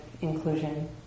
inclusion